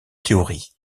théorie